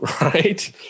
right